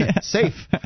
Safe